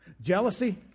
jealousy